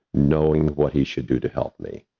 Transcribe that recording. knowing what he should do to help me,